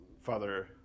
Father